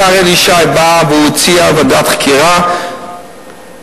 השר אלי ישי בא והציע ועדת חקירה מיוזמתו,